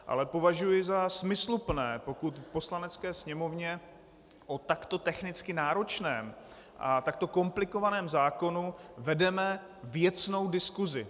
Ale považuji za smysluplné, pokud v Poslanecké sněmovně o takto technicky náročném a takto komplikovaném zákonu vedeme věcnou diskusi.